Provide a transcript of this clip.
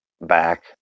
back